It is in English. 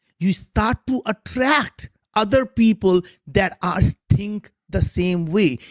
you start to attract other people that ah think the same way.